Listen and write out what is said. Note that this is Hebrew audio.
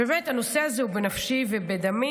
באמת, הנושא הזה הוא בנפשי ובדמי.